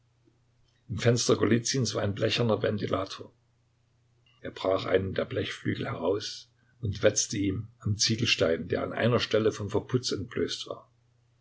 im fenster golizyns war ein blecherner ventilator er brach einen der blechflügel heraus und wetzte ihn am ziegelstein der an einer stelle vom verputz entblößt war